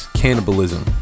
cannibalism